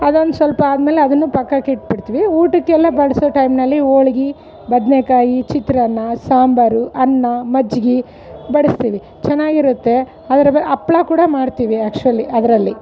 ಅದೊಂದು ಸ್ವಲ್ಪ ಆದಮೇಲೆ ಅದನ್ನು ಪಕ್ಕಕ್ಕೆ ಇಟ್ಟುಬಿಡ್ತೀವಿ ಊಟಕ್ಕೆಲ್ಲ ಬಡಿಸೋ ಟೈಮ್ನಲ್ಲಿ ಹೋಳ್ಗೆ ಬದನೇಕಾಯಿ ಚಿತ್ರನ್ನ ಸಾಂಬರು ಅನ್ನ ಮಜ್ಜಿಗೆ ಬಡಿಸ್ತೀವಿ ಚೆನ್ನಾಗಿರುತ್ತೆ ಅದ್ರಾಗೆ ಹಪ್ಳಾ ಕೂಡ ಮಾಡ್ತಿವಿ ಆಕ್ಶ್ವಲಿ ಅದರಲ್ಲಿ